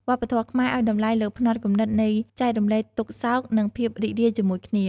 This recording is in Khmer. វប្បធម៌ខ្មែរឲ្យតម្លៃលើផ្នត់គំនិតនៃ«ចែករំលែកទុក្ខសោកនិងភាពរីករាយជាមួយគ្នា»។